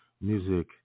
music